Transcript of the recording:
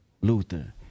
Luther